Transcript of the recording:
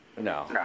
No